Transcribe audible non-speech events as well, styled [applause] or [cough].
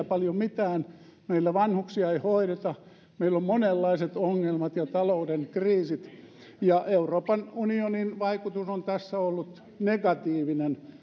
[unintelligible] paljon mitään meillä vanhuksia ei hoideta meillä on monenlaiset ongelmat ja talouden kriisit ja euroopan unionin vaikutus on on tässä ollut negatiivinen [unintelligible]